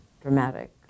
dramatic